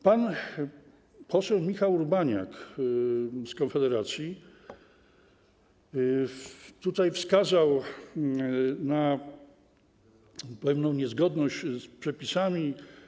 Pan poseł Michał Urbaniak z Konfederacji wskazał na pewną niezgodność z przepisami.